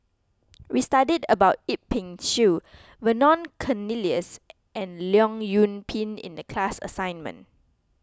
we studied about Yip Pin Xiu Vernon Cornelius and Leong Yoon Pin in the class assignment